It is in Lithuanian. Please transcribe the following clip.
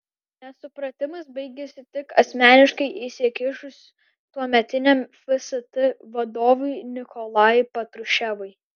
nesupratimas baigėsi tik asmeniškai įsikišus tuometiniam fst vadovui nikolajui patruševui